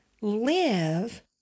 live